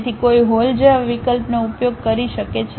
તેથી કોઈ હોલ જેવા વિકલ્પનો ઉપયોગ કરી શકે છે